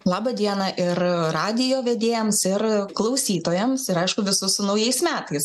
laba diena ir radijo vedėjams ir klausytojams ir aišku visus su naujais metais